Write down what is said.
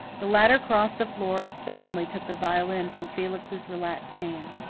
the latter crossed the floor and sullenly took the violin from felix's relaxed hand.